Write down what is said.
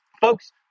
Folks